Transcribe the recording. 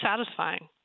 satisfying